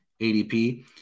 ADP